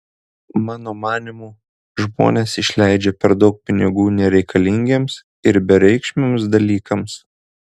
mano manymu žmonės išleidžia per daug pinigų nereikalingiems ir bereikšmiams dalykams